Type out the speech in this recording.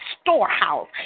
storehouse